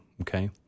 okay